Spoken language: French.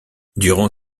durant